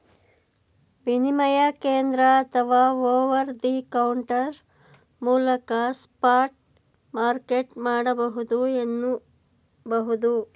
ವಿನಿಮಯ ಕೇಂದ್ರ ಅಥವಾ ಓವರ್ ದಿ ಕೌಂಟರ್ ಮೂಲಕ ಸ್ಪಾಟ್ ಮಾರ್ಕೆಟ್ ಮಾಡಬಹುದು ಎನ್ನುಬಹುದು